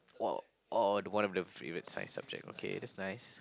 !wow! oh oh the one of the favorite science subject okay that's nice